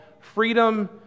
Freedom